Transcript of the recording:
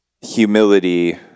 humility